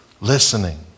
listening